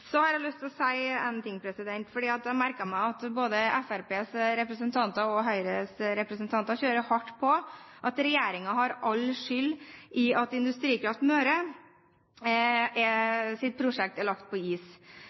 Så har jeg lyst til å si én ting, for jeg merket meg at både Fremskrittspartiets representanter og Høyres representanter kjører hardt på med at regjeringen har all skyld i at Industrikraft Møres prosjekt er lagt på is.